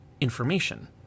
information